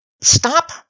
Stop